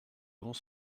avons